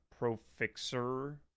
ProFixer